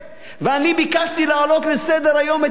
ואני ביקשתי להעלות לסדר-היום את העניין,